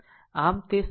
આમ તે 7